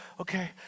okay